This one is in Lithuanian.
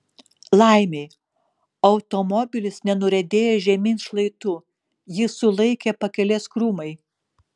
laimei automobilis nenuriedėjo žemyn šlaitu jį sulaikė pakelės krūmai